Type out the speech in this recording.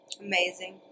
Amazing